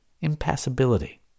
impassibility